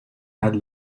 had